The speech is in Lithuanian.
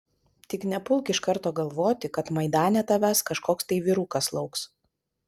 tik nepulk iš karto galvoti kad maidane tavęs kažkoks tai vyrukas lauks